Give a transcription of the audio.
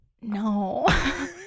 No